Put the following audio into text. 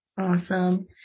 Awesome